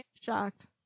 shocked